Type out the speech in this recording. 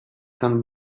gone